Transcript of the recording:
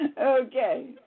Okay